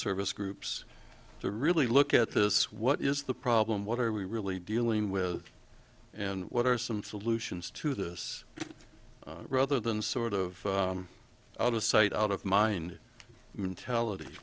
service groups to really look at this what is the problem what are we really dealing with and what are some solutions to this rather than sort of out of sight out of mind mentality